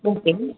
okay